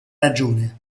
ragione